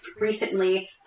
recently